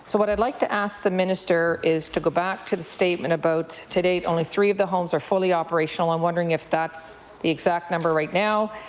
so what i would like to ask the minister is to go back to the statement about today only three of the homes are fully operational. i wonder if that's the exact number right now.